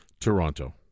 Toronto